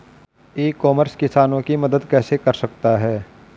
ई commerce किसानों की मदद कैसे कर सकता है?